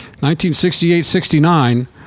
1968-69